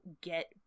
get